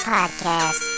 Podcast